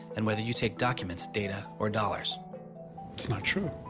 and wether you take documents, data, or dollars it's not true.